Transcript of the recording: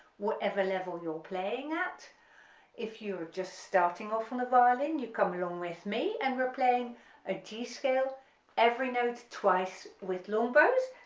whatever level you're playing at if you're just starting off on the violin you come along with me and we're playing a g scale every note twice with long bows,